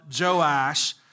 Joash